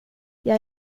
jag